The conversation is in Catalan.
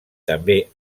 també